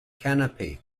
canopy